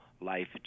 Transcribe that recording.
life